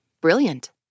Brilliant